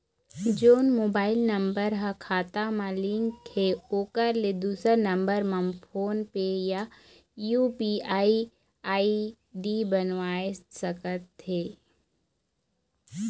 जोन mobile number हा खाता मा लिन्क हे ओकर ले दुसर नंबर मा फोन पे या यू.पी.आई आई.डी बनवाए सका थे?